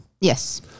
Yes